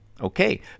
Okay